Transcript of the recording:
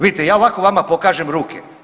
Vidite, ja ovako vama pokažem ruke.